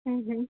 હં હં